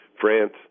France